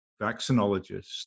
vaccinologists